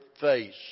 face